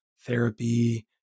therapy